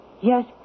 Yes